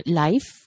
life